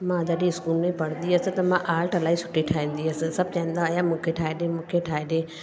मां जॾहिं स्कूल में पढ़ंदी हुअसि त मां आर्ट इलाही सुठो ठाहींदी हुअसि सभु चवंदा हुआ मूंखे ठाहे ॾे मूंखे ठाहे ॾे